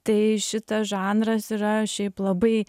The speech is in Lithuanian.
tai šitas žanras yra šiaip labai